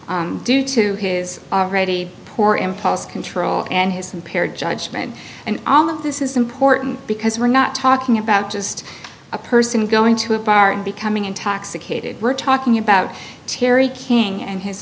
abuse due to his ready poor impulse control and his impaired judgment and all of this is important because we're not talking about just a person going to a bar and becoming intoxicated we're talking about terry king and his